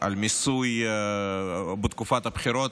חוק על מיסוי בתקופת הבחירות.